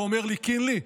ואומר לי: קינלי,